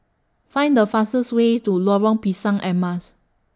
Find The fastest Way to Lorong Pisang Emas